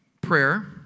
prayer